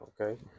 okay